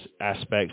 aspects